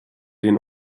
den